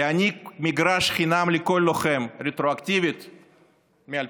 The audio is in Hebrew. להעניק מגרש חינם לכל לוחם רטרואקטיבית מ-2010,